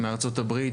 מארצות הברית,